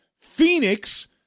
Phoenix